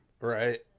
Right